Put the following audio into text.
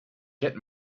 get